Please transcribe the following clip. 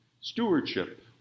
stewardship